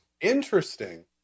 Interesting